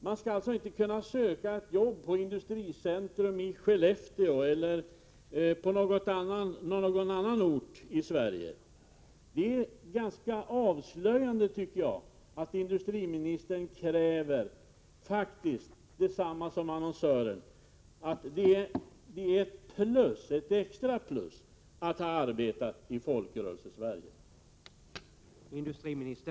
Man skall alltså inte med de erfarenheterna kunna söka ett jobb på Industricentrum i Skellefteå eller någon annan ort i Sverige. Det är ganska avslöjande, tycker jag, att industriministern faktiskt kräver detsamma som annonsören, att det är ett extra plus att ha arbetat i Folkrörelsesverige.